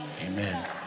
amen